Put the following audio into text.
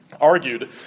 argued